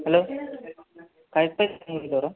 hello ಕಾಯಿ ಅಂಗಡಿ ಅವರ